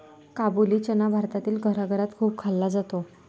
काबुली चना भारतातील घराघरात खूप खाल्ला जातो